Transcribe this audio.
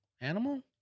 animal